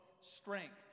strength